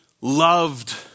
loved